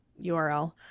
URL